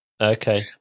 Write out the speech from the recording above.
Okay